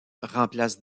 remplace